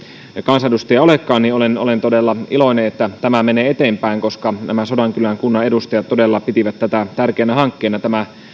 kansanedustaja olekaan olen olen todella iloinen että tämä menee eteenpäin koska nämä sodankylän kunnan edustajat todella pitivät tätä tärkeänä hankkeena